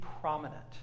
prominent